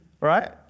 Right